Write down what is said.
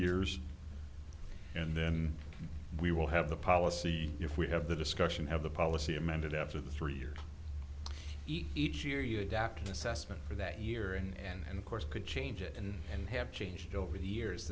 years and then we will have the policy if we have the discussion have the policy amended after the three years each year you adapt assessment for that year and of course could change it and and have changed over the years